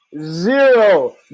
zero